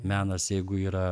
menas jeigu yra